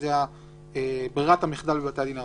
שזו ברירת המחדל בבתי הדין הרבניים.